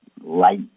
light